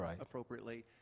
appropriately